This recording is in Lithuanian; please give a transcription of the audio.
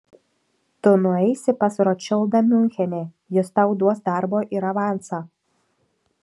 tu nueisi pas rotšildą miunchene jis tau duos darbo ir avansą